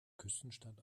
küstenstadt